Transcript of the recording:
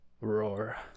Roar